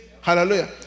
Hallelujah